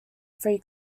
free